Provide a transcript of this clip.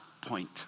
point